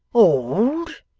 old!